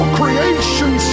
creation